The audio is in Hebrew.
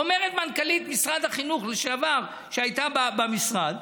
אומרת מנכ"לית משרד החינוך לשעבר, שהייתה במשרד,